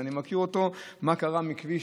אני מכיר אותו, מה קרה, מכביש